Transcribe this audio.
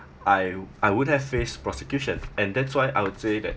I I would have faced prosecution and that's why I would say that